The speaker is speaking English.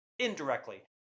indirectly